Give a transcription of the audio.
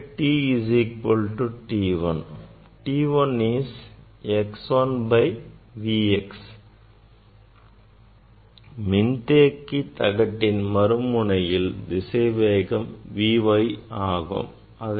t 1 is x 1 by V x மின்தேக்கி தகட்டின் மறுமுனையில் திசைவேகம் Vy ஆகும்